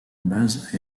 base